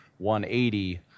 180